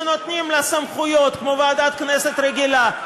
שנותנים לה סמכויות כמו לוועדת כנסת רגילה,